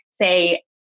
say